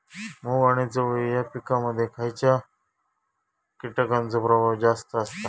मूग आणि चवळी या पिकांमध्ये खैयच्या कीटकांचो प्रभाव जास्त असता?